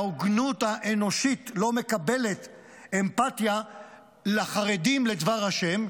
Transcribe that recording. ההוגנות האנושית לא מקבלת אמפתיה לחרדים לדבר השם,